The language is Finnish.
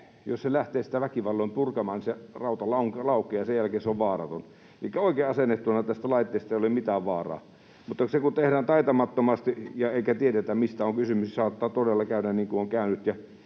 jos se lähtee sitä väkivalloin purkamaan, se rauta laukeaa, ja sen jälkeen se on vaaraton. Elikkä oikein asennettuna tästä laitteesta ei ole mitään vaaraa, mutta se kun tehdään taitamattomasti ja eikä tiedetä, mistä on kysymys, saattaa todella käydä niin kuin on käynyt.